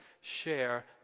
share